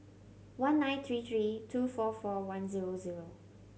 one nine three three two four four one zero zero